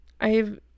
I've-